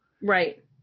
Right